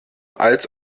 als